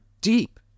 deep